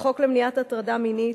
החוק למניעת הטרדה מינית,